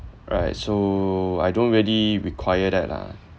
right so I don't really require that lah